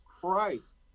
Christ